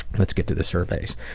let's get to the surveys.